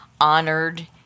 honored